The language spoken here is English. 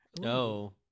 No